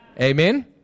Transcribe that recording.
Amen